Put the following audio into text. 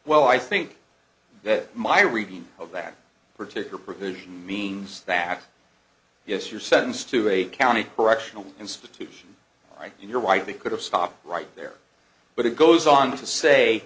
well i think that my reading of that particular provision means that yes you're sentenced to a county correctional institution right and you're right they could have stopped right there but it goes on to say